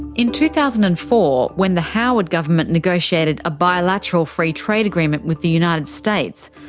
in two thousand and four when the howard government negotiated a bilateral free trade agreement with the united states,